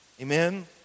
Amen